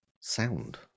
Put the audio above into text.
sound